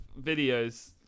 videos